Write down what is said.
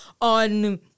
On